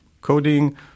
coding